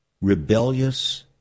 rebellious